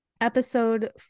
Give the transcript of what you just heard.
episode